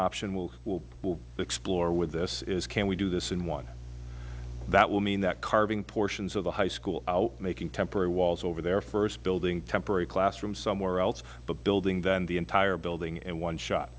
option will will will explore with this is can we do this in one that will mean that carving portions of the high school out making temporary walls over there first building temporary classrooms somewhere else but building then the entire building in one shot